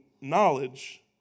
knowledge